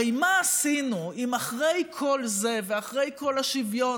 הרי מה עשינו אם אחרי כל זה ואחרי כל השוויון